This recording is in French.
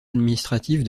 administratives